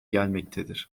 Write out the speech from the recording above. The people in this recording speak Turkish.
gelmektedir